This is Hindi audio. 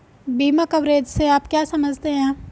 बीमा कवरेज से आप क्या समझते हैं?